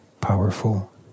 powerful